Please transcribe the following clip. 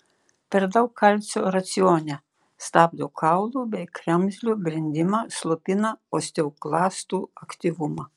per daug kalcio racione stabdo kaulų bei kremzlių brendimą slopina osteoklastų aktyvumą